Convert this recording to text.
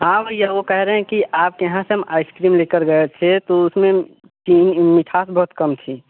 हाँ भैया वो कह रहे हैं कि आपके यहाँ से हम आइसक्रीम लेकर गए थे तो उसमें मिठास बहुत कम थी